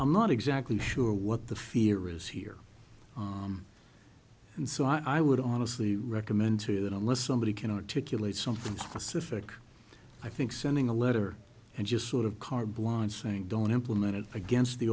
i'm not exactly sure what the fear is here and so i would honestly recommend to you that unless somebody can articulate something less effective i think sending a letter and just sort of car blind saying don't implement it against the